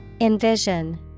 Envision